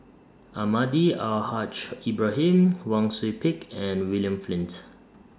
Almahdi Al Haj Ibrahim Wang Sui Pick and William Flint